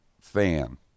fan